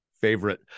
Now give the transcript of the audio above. favorite